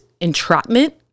entrapment